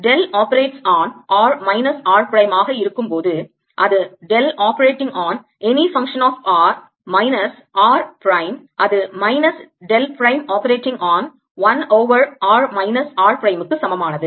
del operates on r minus r prime ஆக இருக்கும்போது அது del operating on any function of r minus r prime அது minus del prime operating on 1 over r minus r prime க்கு சமமானது